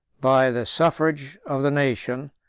by the suffrage of the nation,